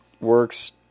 works